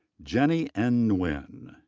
jenny n. nguyen.